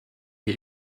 get